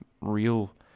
real